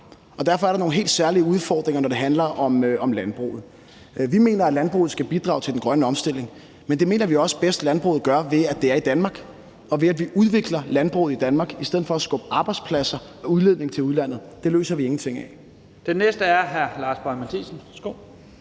Derfor er der nogle helt særlige udfordringer, når det handler om landbruget. Vi mener, at landbruget skal bidrage til den grønne omstilling. Men det mener vi også bedst landbruget gør, ved at det er i Danmark, og ved at vi udvikler landbruget i Danmark i stedet for at skubbe arbejdspladser og udledning til udlandet. Det løser vi ingenting ved.